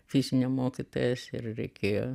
fizinio mokytojas ir reikėjo